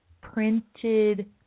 printed